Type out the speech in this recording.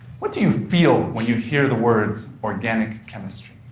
what do you feel when you hear the words organic chemistry?